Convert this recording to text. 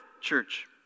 church